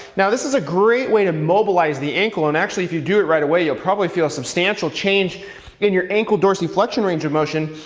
now, this is a great way to mobilize the ankle. and actually, if you do it right away, you'll probably feel substantial change in your ankle dorsiflexion range of motion,